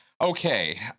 Okay